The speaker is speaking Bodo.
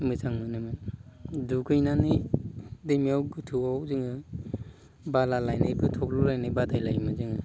मोजां मोनोमोन दुगैनानै दैमायाव गोथौआव जोङो बाला लायनायबो थब्ल'लायनाय बादायलायोमोन जोङो